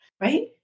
right